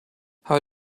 how